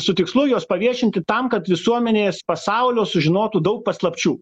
su tikslu juos paviešinti tam kad visuomenės pasaulio sužinotų daug paslapčių